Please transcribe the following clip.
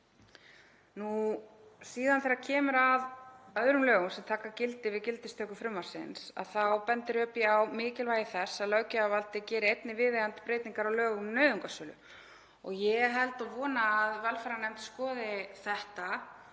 Síðan þegar kemur að öðrum lögum sem taka gildi við gildistöku frumvarpsins þá bendir ÖBÍ á mikilvægi þess að löggjafarvaldið geri einnig viðeigandi breytingar á lögum um nauðungarsölu. Ég held og vona að velferðarnefnd skoði þetta